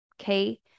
Okay